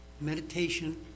meditation